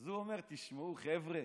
אז הוא אומר: תשמעו, חבר'ה,